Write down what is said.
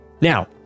Now